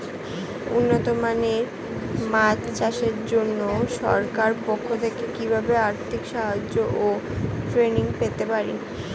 উন্নত মানের মাছ চাষের জন্য সরকার পক্ষ থেকে কিভাবে আর্থিক সাহায্য ও ট্রেনিং পেতে পারি?